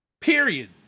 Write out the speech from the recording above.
Period